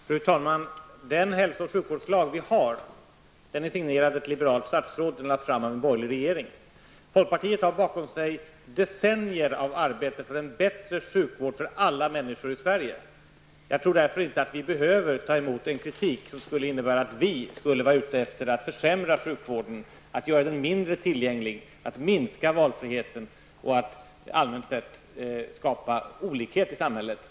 Fru talman! Den hälso och sjukvårdslag som vi har är signerad av liberalt statsråd i samband med en borgerlig regering. Folkpartiet har decennier av arbete bakom sig för en bättre sjukvård för alla människor i Sverige. Därför behöver vi inte ta emot den kritik som innebär att vi skulle vara ute efter att försämra sjukvården, att göra den mindre tillgänglig, att minska valfriheten och att allmänt skapa olikhet i samhället.